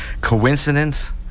coincidence